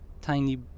tiny